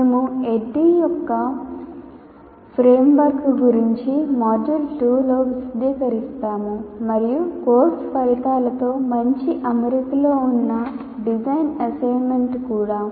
మేము ADDIE యొక్క framework గురించి మాడ్యూల్ 2 లో విశదీకరిస్తాము మరియు కోర్సు ఫలితాలతో మంచి అమరికలో ఉన్న డిజైన్ అసెస్మెంట్ కూడా